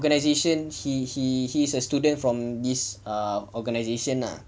organisation he he he is a student from this err organisation ah